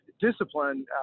discipline